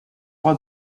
what